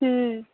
हं